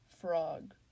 frog